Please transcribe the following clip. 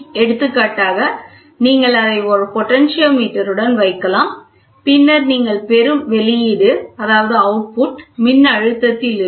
எடுத்துக்காட்டாக நீங்கள் அதை ஒரு பொட்டென்டோமீட்டருடன் வைக்கலாம் பின்னர் நீங்கள் பெரும் வெளியீடு மின்னழுத்தத்தில் இருக்கும்